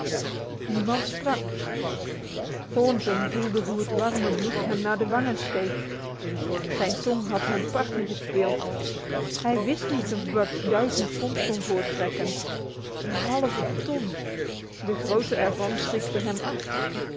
niemand sprak thornton voelde hoe het warme bloed hein naar de wangen steeg zijn tong had hem parten gespeeld hij wist niet of buck duizend pond kon voorttrekken een halve ton de grootte er van schrikte hem af